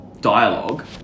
dialogue